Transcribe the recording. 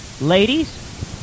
Ladies